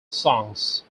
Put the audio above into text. songs